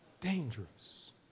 Dangerous